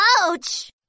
Ouch